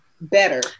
better